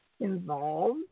involved